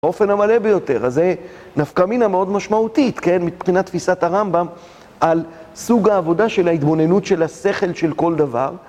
באופן המלא ביותר, אז זה נפקא מינה מאוד משמעותית, כן, מבחינת תפיסת הרמב״ם על סוג העבודה של ההתבוננות של השכל של כל דבר